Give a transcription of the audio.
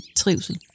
trivsel